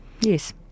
Yes